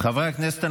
חברי הכנסת,